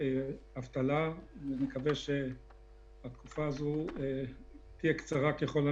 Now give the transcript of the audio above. אומנם אלה לא אנשים שהם כעת